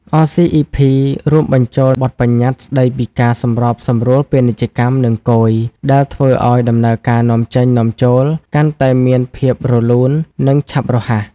អ សុី អុី ភី(RCEP) រួមបញ្ចូលបទប្បញ្ញត្តិ ស្តីពីការសម្របសម្រួលពាណិជ្ជកម្ម និង គយ ដែលធ្វើឲ្យដំណើរការនាំចេញ-នាំចូលកាន់តែមានភាពរលូន និងឆាប់រហ័ស។